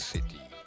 City